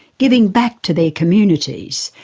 giving back to their communities,